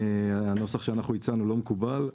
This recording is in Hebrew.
הנוסח שאנחנו הצענו לא מקובל,